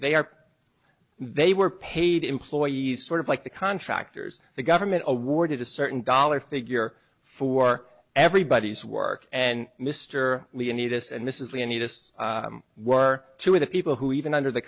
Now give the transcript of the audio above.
they are they were paid employees sort of like the contractors the government awarded a certain dollar figure for everybody's work and mr need us and this is we any of us were two of the people who even under the